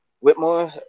Whitmore